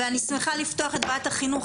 אני שמחה לפתוח את ועדת החינוך,